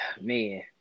Man